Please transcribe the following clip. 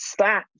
stats